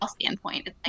standpoint